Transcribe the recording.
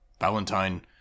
Valentine